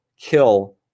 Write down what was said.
kill